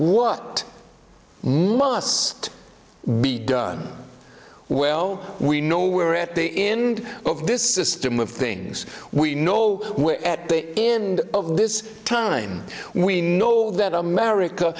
done well we know where at the end of this system of things we know we're at the end of this time we know that america